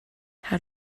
how